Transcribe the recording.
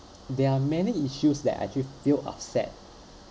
there are many issues that I actually feel upset